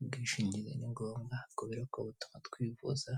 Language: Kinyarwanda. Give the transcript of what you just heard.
Ubwishingizi ni ngombwa kubera ko butuma twivuza